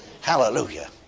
Hallelujah